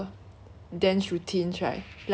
learn the dance routine and all already